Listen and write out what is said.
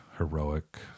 heroic